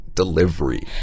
delivery